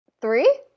Three